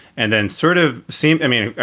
and then sort of seemed i mean,